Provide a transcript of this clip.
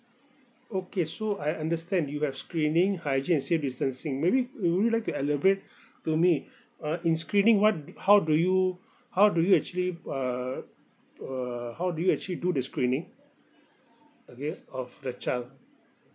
okay so I understand you have screening hygiene and safe distancing maybe would you like to elaborate to me uh in screening what uh how do you how do you actually uh err how do you actually do the screening okay of the child